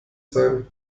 sein